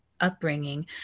upbringing